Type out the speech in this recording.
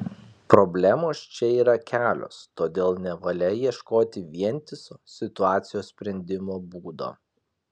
problemos čia yra kelios todėl nevalia ieškoti vientiso situacijos sprendimo būdo